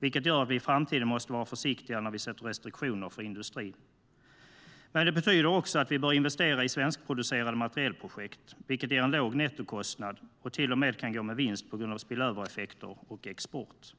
Det betyder att vi i framtiden måste vara försiktiga när vi sätter restriktioner för industrin. Men det betyder också att vi bör investera i svenskproducerade materielprojekt, vilket ger en låg nettokostnad. De kan till och med gå med vinst på grund av spillövereffekter och export.